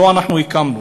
שלא אנחנו הקמנו,